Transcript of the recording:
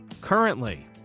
currently